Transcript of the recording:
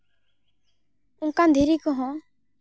ᱚᱱᱠᱟᱱ ᱫᱷᱤᱨᱤ ᱠᱚᱦᱚᱸ